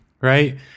right